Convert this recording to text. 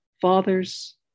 Fathers